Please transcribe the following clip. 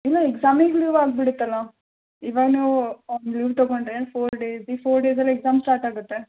ಇಲ್ಲ ಎಕ್ಸಾಮಿಗೆ ಲೀವ್ ಆಗಿಬಿಡುತ್ತಲ್ಲ ಇವಾಗ ನೀವು ಲೀವ್ ತೊಗೊಂಡರೆ ಫೋರ್ ಡೇಸ್ ಈ ಫೋರ್ ಡೇಸಲ್ಲಿ ಎಕ್ಸಾಮ್ ಸ್ಟಾರ್ಟಾಗುತ್ತೆ